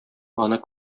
аны